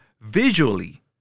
visually